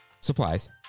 supplies